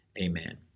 Amen